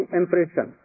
impression